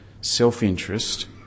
self-interest